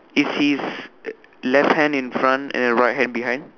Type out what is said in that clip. is his left hand in front and a right hand behind